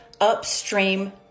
upstream